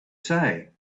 say